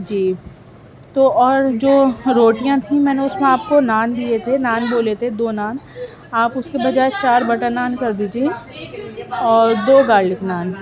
جی تو اور جو روٹیاں تھیں میں نے اس میں آپ کو نان دیے تھے نان بولے تھے دو نان آپ اس کے بجائے چار بٹر نان کر دیجیے اور دو گارلک نان